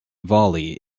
volley